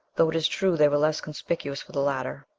though it is true they were less conspicuous for the latter.